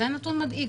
זה נתון מדאיג.